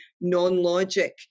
non-logic